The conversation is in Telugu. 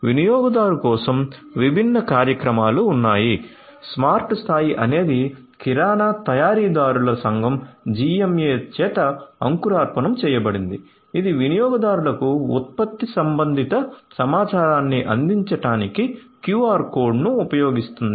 వినియోగదారు కోసం విభిన్న కార్యక్రమాలు ఉన్నాయి స్మార్ట్ స్థాయి అనేది కిరాణా తయారీదారుల సంఘం GMA చేత అంకురార్పణం చేయబడింది ఇది వినియోగదారులకు ఉత్పత్తి సంబంధిత సమాచారాన్ని అందించడానికి QR కోడ్ను ఉపయోగిస్తుంది